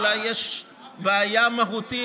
אולי יש בעיה מהותית,